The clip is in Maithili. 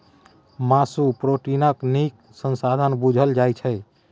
मासु प्रोटीनक नीक साधंश बुझल जाइ छै